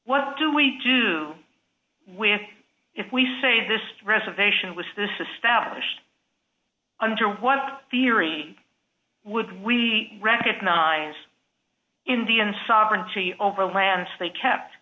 what do we do with it if we say this reservation was this established under what theory would we recognize indian sovereignty over lands they kept